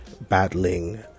battling